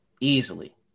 Easily